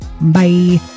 Bye